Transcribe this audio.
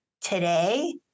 Today